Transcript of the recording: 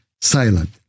silent